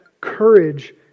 courage